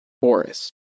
forest